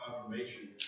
confirmation